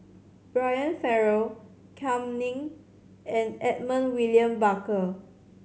Brian Farrell Kam Ning and Edmund William Barker